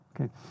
Okay